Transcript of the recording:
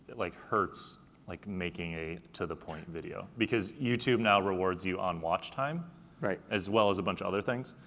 it like hurts like making a to the point video. because youtube now rewards you on watch time right. as well as a bunch of other things,